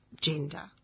gender